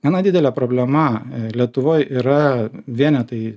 viena didelė problema lietuvoj yra vienetai